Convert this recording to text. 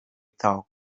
thought